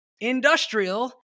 Industrial